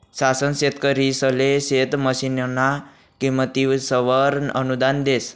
शासन शेतकरिसले शेत मशीनना किमतीसवर अनुदान देस